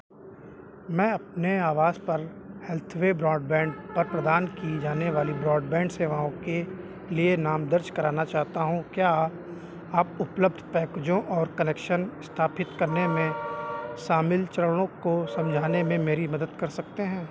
मैं अपने आवास पर हेल्थवे ब्रॉडबैंड पर प्रदान की जाने वाली ब्रॉडबैंड सेवाओं के लिए नाम दर्ज कराना चाहता हूँ क्या आप उपलब्ध पैकेजों और कनेक्शन स्थापित करने में शामिल चरणों को समझाने में मेरी मदद कर सकते हैं